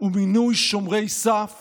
ומינוי שומרי סף